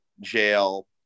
jail